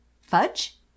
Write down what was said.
Fudge